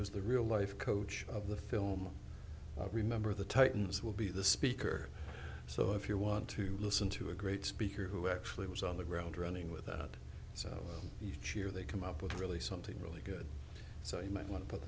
was the real life coach of the film remember the titans will be the speaker so if you want to listen to a great speaker who actually was on the ground running with that so each year they come up with really something really good so you might want to put